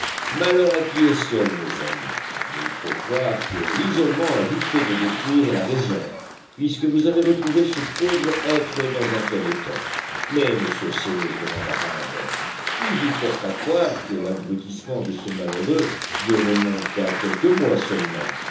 malheur à qui est seul mes amis et il faut croire que l'isolement a vite fait de détruire la raison puisque vous avez retrouvé ce pauvre être dans un tel état mais monsieur cyrus demanda harbert qui vous porte à croire que l'abrutissement de ce malheureux ne remonte qu'à quelques mois seulement